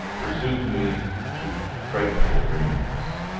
pursued me through frightful dreams.